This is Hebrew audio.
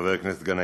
חבר הכנסת גנאים,